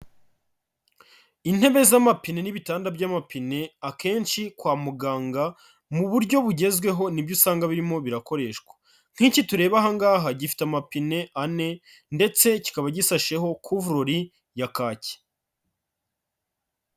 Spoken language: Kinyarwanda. Intebe z'amapine n'ibitanda by'amapine akenshi kwa muganga mu buryo bugezweho nibyo usanga birimo birakoreshwa, nk'iki tureba aha ngaha gifite amapine ane ndetse kikaba gisasheho kuvurori ya kaki.